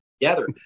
together